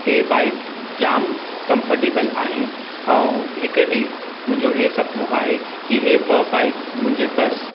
हीअ बाइक जाम कम्फर्टेबल आहे ऐं हिकु ॾींहुं मुंहिंजो हीअ सपनो आहे की हीअ ॿ बाइक मुंहिंजे पस